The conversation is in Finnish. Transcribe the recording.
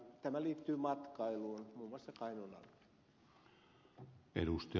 tämä liittyy matkailuun muun muassa kainuun alueella